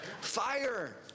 fire